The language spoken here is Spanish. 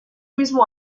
mismo